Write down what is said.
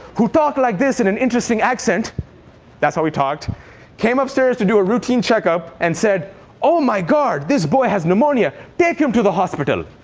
who talked like this in an interesting accent that's how he talked came upstairs to do a routine check-up and said oh my god, this boy has pneumonia. take him to the hospital.